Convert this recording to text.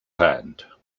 hand